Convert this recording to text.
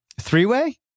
Three-way